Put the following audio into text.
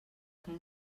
cada